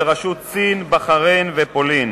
בראשות סין, בחריין ופולין.